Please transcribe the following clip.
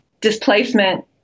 displacement